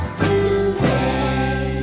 today